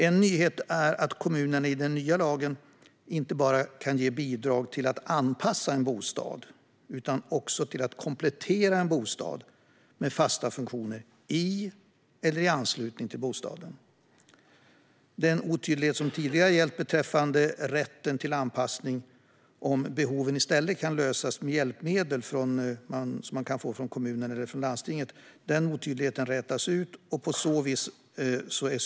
En nyhet är att kommunerna enligt den nya lagen inte bara kan ge bidrag till att anpassa en bostad utan också till att komplettera en bostad med fasta funktioner i eller i anslutning till bostaden. Den otydlighet som tidigare varit beträffande rätten till anpassning om behovet i stället kan lösas med hjälpmedel från kommunen eller från landstinget försvinner.